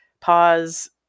pause